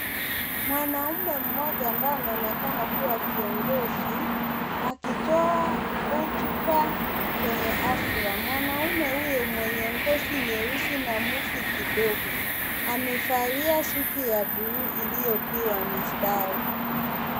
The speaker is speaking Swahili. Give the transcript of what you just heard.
Mwanamume mmoja ambaye anaonekana kuwa kiongozi akitoa hotuba kwenye hafla. Mwanamume huyo mwenye ngozi nyeusi na mvi kidogo, amevalia suti ya blue iliyopigwa mistari.